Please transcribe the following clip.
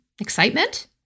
excitement